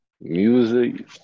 Music